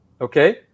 Okay